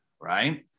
right